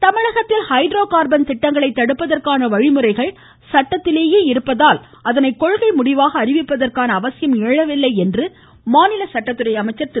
சண்முகம் தமிழகத்தில் hydrocarbon திட்டங்களை தடுப்பதற்கான வழிமுறைகள் சட்டத்திலேயே இருப்பதால் அதனை கொள்கை முடிவாக அறிவிப்பதற்கான அவசியம் எழவில்லை என்று மாநில சட்டத்துறை அமைச்சர் திரு